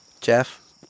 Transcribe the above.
Jeff